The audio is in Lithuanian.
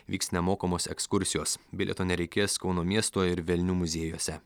vyks nemokamos ekskursijos bilieto nereikės kauno miesto ir velnių muziejuose